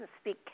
speak